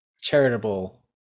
charitable